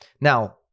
Now